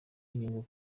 inyungu